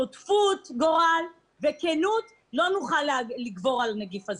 שותפות גורל וכנות, לא נוכל לגבור על הנגיף הזה.